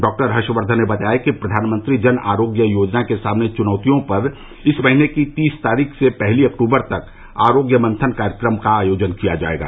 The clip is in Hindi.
डॉक्टर हर्षवर्धन ने बताया कि प्रधानमंत्री जन आरोग्य योजना के सामने चुनौतियों पर इस महीने की तीस तारीख से पहली अक्टूबर तक आरोग्य मंथन कार्यक्रम का आयोजन किया जायेगा